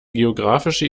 geografische